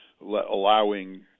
allowing